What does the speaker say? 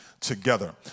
together